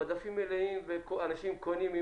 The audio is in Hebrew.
המדפים מלאים ואנשים קונים.